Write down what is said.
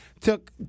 took